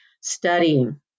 studying